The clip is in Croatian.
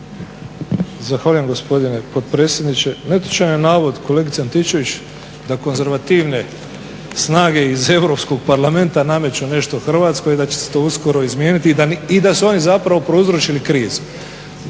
Zahvaljujem gospodine potpredsjedniče. Netočan je navod kolegice Antičević da konzervativne snage iz Europskog parlamenta nameću nešto Hrvatskoj i da će se to uskoro izmijeniti i da su oni zapravo prouzročili krizu.